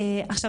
עכשיו,